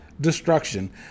Destruction